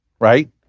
right